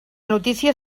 notícia